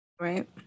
Right